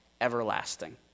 everlasting